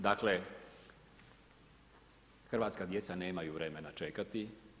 Dakle, hrvatska djeca nemaju vremena čekati.